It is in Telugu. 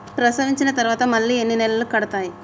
ప్రసవించిన తర్వాత మళ్ళీ ఎన్ని నెలలకు కడతాయి?